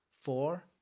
four